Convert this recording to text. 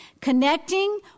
connecting